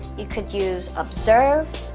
you could use observe,